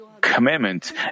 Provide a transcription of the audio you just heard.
commandments